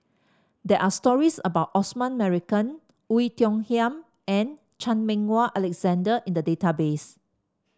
there are stories about Osman Merican Oei Tiong Ham and Chan Meng Wah Alexander in the database